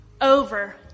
Over